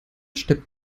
steppt